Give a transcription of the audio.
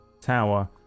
tower